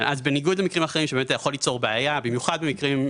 במיוחד במקרים שאנחנו מחמירים,